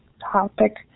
topic